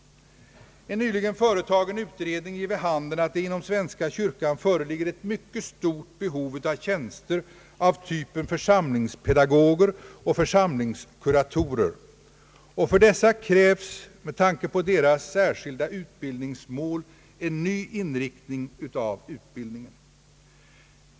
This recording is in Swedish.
En nyligen företagen utredning ger vid handen att det inom svenska kyrkan föreligger ett mycket stort behov av tjänster av typen »församlingspedagoger» och »församlingskuratorer», och för dessa kräves, med tanke på deras särskilda utbildningsmål, en ny inriktning av utbildningen.